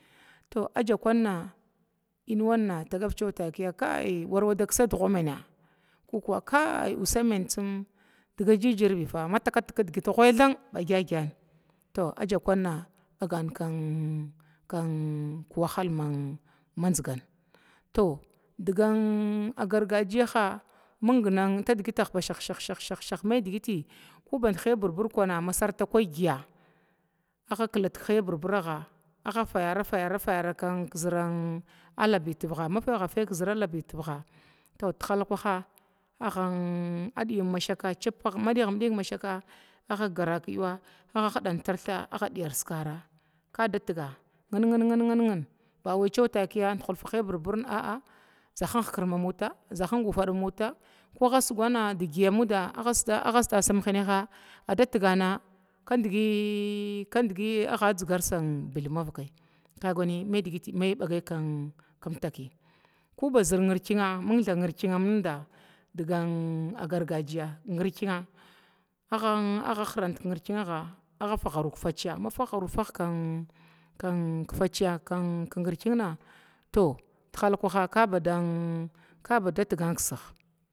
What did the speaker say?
To ajja kunna ənwa tagav takiya kai warwa dakisa duga minna ko kai uusa minn tsim diga gigir bifa mataktig kidgit ghuthan badkwaha ba gagana bagan kan kan wahal mazgana, to dugan agargajina diga gargajiyaha mingwa tadgitaha ba shakh shakh shakh ko ba hiya birbir vuna masarta kwa ghiya agga killit hiya birbiraga a fayara-fayara kizəran alabi tivig ma fayge fayga kalb tiviga, to tihalakwaha aggan adiyim mashaka ma digimdig mashaka a gara kiyuwa ka hidan tirtha adiyana kara ngin-ngin-ngin bawi takiya dahulva hiya birbirna dahinga takiya dahing wa buwa ko hkrd ma mota kaga sugnna kad ghiya a sugana adda tigan hinaha, adda tigana kaudgi agga dzigar bilma mavakai mainimtaki maba zər ngirkina ba ngirkina muda abba diga gargajiya agga khran kin nnrkingagah, agga faru kifaciya ma fargaru farga kifaciya kin nurkingna to kilkwa kabada tigan kiskig.